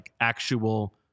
actual